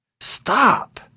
Stop